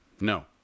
No